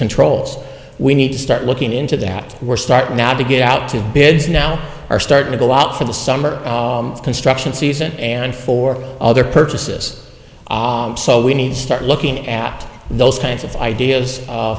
controls we need to start looking into that we're starting now to get out to bids now are starting to go out for the summer construction season and for other purposes so we need to start looking at those kinds of ideas of